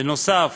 בנוסף,